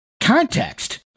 context